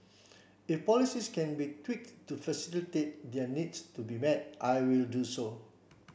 if policies can be tweaked to facilitate their needs to be met I will do so